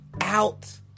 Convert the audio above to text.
out